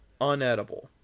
unedible